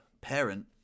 parent